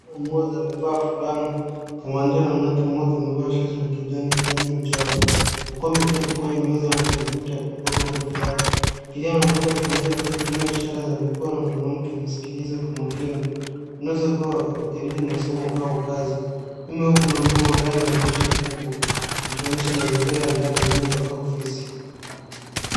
Kijana mmoja amevaa fulana pamoja na mwanamke mmoja amevaa shati la kijani lenye michoro huku wameketi kwenye meza na kompyuta ndogo na daftari. Kijana anaonekana akiongea huku akitumia ishara za mikono na mwanamke anasikiliza kwa makini. Wanaweza kuwa wakijadili masomo au kazi. Nyuma yao kuna mmea wa ndani wa dirisha kubwa yakionyesha mazingira ya ndani au ofisi.